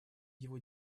его